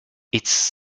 its